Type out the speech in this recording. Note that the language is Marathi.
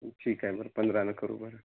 ठीक आहे बरं पंधरानं करू बरं